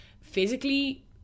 physically